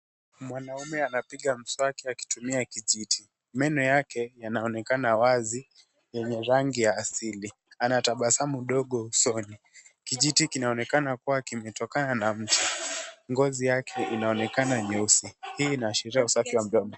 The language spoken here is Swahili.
Mwanaume anapiga mswaki akitumia kijiti. Meno yake yanaonekana wazi, yenye rangi ya asili, anatabasamu ndogo usoni. Kijiti kinaonekana kuwa kimetokana na , ngozi yake inaonekana nyeusi. Hii inaashiria usafi wa mdomo.